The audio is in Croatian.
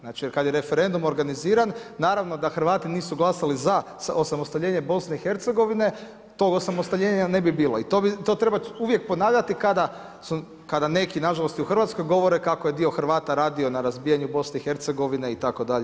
Znači kada je referendum organiziran naravno da Hrvati nisu glasali za osamostaljenje BiH tog osamostaljenja ne bi bilo i to treba uvijek ponavljati kada neki nažalost i u Hrvatskoj govore kako je dio Hrvata radio na razbijanju BiH itd.